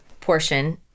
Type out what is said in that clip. portion